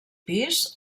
pis